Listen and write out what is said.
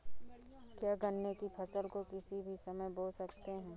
क्या गन्ने की फसल को किसी भी समय बो सकते हैं?